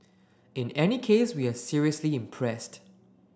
in any case we are seriously impressed